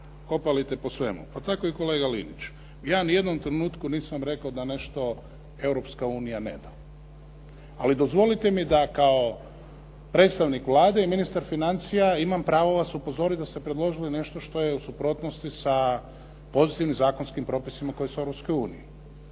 opalite po svemu, pa tako i kolega Linić. Ja ni u jednom trenutku nisam rekao da nešto Europska unija ne da. Ali dozvolite mi da kao predstavnik Vlade i ministar financija imam pravo vas upozoriti da ste predložili nešto što je u suprotnosti sa pozitivnim zakonskim propisima koji su u Europskoj uniji.